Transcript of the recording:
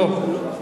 לא.